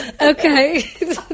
Okay